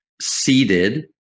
seated –